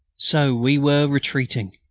so we were retreating.